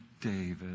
David